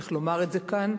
צריך לומר את זה כאן,